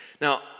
Now